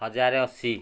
ହଜାରେ ଅଶି